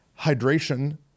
hydration